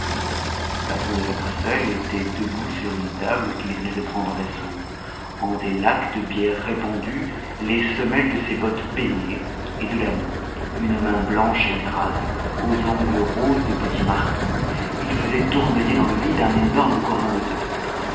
le patron de la crécelle était debout sur une table qu'il venait de prendre d'assaut en des lacs de bière répandue les semelles de ses bottes baignaient et de la main une main blanche et grasse aux ongles roses de petit marquis il faisait tournoyer dans le vide un énorme gourdin de hêtre